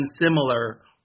similar